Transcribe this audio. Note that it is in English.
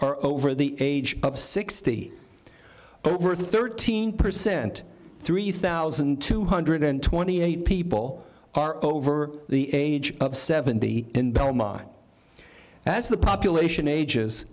are over the age of sixty over thirteen percent three thousand two hundred and twenty eight people are over the age of seventy in belmont as the population ages